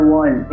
one